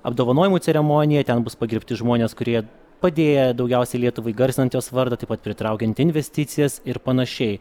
apdovanojimų ceremonija ten bus pagerbti žmonės kurie padėję daugiausiai lietuvai garsinant jos vardą taip pat pritraukiant investicijas ir panašiai